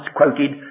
quoted